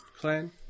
clan